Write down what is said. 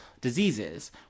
diseases